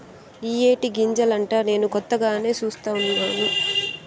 ఇయ్యే టీ గింజలంటా నేను కొత్తగానే సుస్తాను